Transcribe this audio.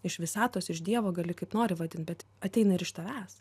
iš visatos iš dievo gali kaip nori vadint bet ateina ir iš tavęs